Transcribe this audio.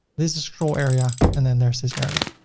this is scroll area and then there's this area.